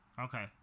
Okay